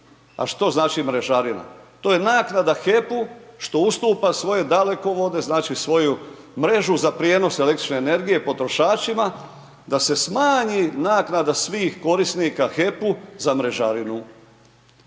a što znači mrežarina? To je naknada HEP-u što ustupa svoje dalekovode, znači svoju mrežu za prijenos električne energije potrošačima da se smanji naknada svih korisnika HEP-u za mrežarinu.